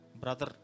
brother